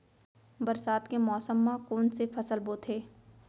बरसात के मौसम मा कोन से फसल बोथे?